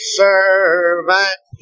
servant